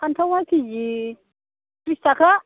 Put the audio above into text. फान्थावआ KG त्रिस थाखा